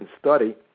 study